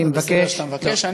זה בסדר שאתה מבקש.